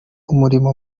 umurimo